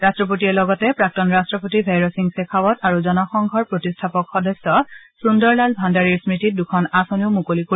ৰাট্টপতিয়ে লগতে প্ৰাক্তন ৰাট্টপতি ভেইৰোঁ সিং গ্ৰেখাবট আৰু জনসংঘৰ প্ৰতিষ্ঠাপক সদস্য সুন্দৰলাল ভাণ্ডাৰীৰ স্মতিত দুখন আঁচনিও মুকলি কৰিব